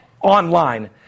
online